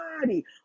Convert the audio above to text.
body